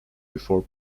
before